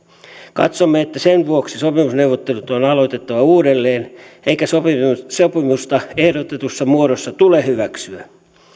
katsomme että sen vuoksi sopimusneuvottelut on aloitettava uudelleen eikä sopimusta ehdotetussa muodossa tule hyväksyä